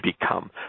become